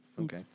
Okay